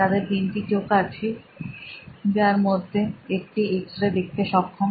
তাদের তিনটি চোখ আছে যার মধ্যে একটি এক্সরে দেখতে সক্ষম